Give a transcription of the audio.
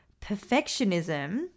perfectionism